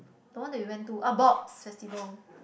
the one that we went to ah box festival